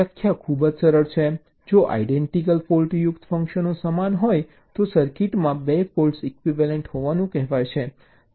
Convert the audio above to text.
વ્યાખ્યા ખૂબ જ સરળ છે જો આઇન્ડેન્ટીકલ ફૉલ્ટ્યુક્ત ફંકશનો સમાન હોય તો સર્કિટમાં 2 ફૉલ્ટ્સ ઇક્વિવેલન્ટ હોવાનું કહેવાય છે